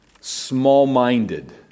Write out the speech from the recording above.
small-minded